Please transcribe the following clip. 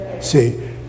See